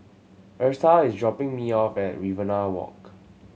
Eartha is dropping me off at Riverina Walk